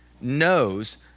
knows